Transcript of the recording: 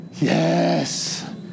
Yes